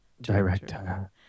director